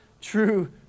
true